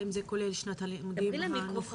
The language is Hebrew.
האם זה כולל שנת הלימודים הנוכחית?